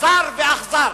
זר ואכזר.